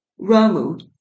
Ramu